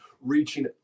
reaching